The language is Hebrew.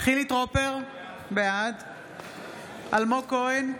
חילי טרופר, בעד אלמוג כהן,